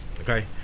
okay